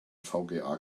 vga